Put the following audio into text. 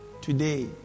Today